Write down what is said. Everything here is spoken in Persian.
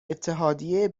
اتحادیه